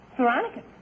Veronica